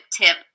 tip